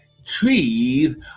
trees